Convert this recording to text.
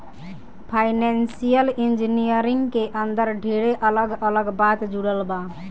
financial engineering के अंदर ढेरे अलग अलग बात जुड़ल बा